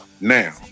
now